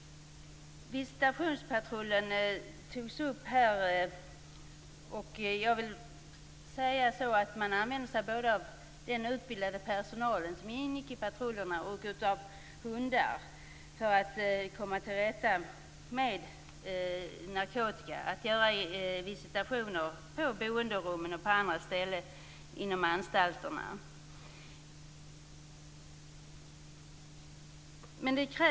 Visitationspatrullen togs upp. Jag vill säga att man använde sig både av den utbildade personalen som ingick i patrullerna och av hundar för att komma till rätta med narkotikan. Man gör visitationer på boenderum och på andra ställen inom anstalterna.